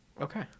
Okay